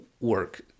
work